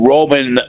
Roman